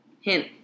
Hint